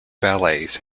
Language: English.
ballets